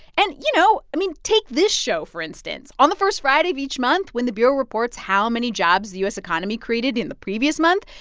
and, you know, i mean, take this show, for instance. on the first friday of each month, when the bureau reports how many jobs the u s. economy created in the previous month,